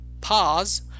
pause